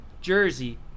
Jersey